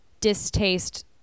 distaste